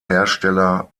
hersteller